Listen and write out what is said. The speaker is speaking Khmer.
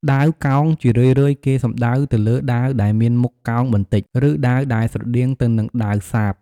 ដាវកោង ជារឿយៗគេសំដៅទៅលើដាវដែលមានមុខកោងបន្តិច ឬដាវដែលស្រដៀងទៅនឹងដាវសាប។